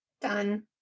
Done